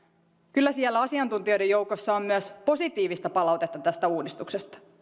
kyllä siellä asiantuntijoiden joukossa on myös positiivista palautetta tästä uudistuksesta